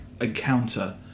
encounter